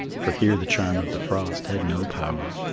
for here the charm of the frost had no power.